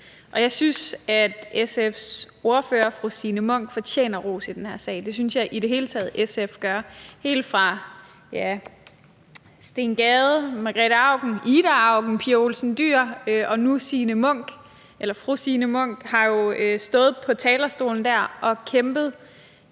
jeg synes, at SF's ordfører, fru Signe Munk, fortjener ros i den her sag. Det synes jeg i det hele taget SF gør. Helt fra Steen Gade til Margrete Auken til Ida Auken til Pia Olsen Dyhr og nu til fru Signe Munk har jo stået på talerstolen dér og kæmpet